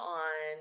on